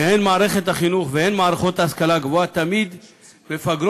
שהן מערכת החינוך והן מערכות ההשכלה הגבוהה תמיד מפגרות,